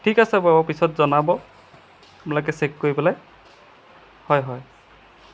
ঠিক আছে বাৰু পিছত জনাব আপোনালোকে চেক কৰি পেলাই হয় হয়